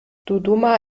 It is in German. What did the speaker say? dodoma